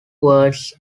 words